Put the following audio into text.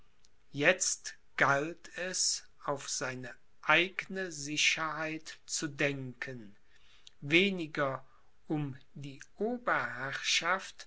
jetzt galt es auf seine eigne sicherheit zu denken weniger um die